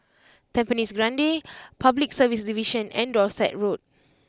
Tampines Grande Public Service Division and Dorset Road